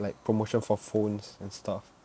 like promotion for phones and stuff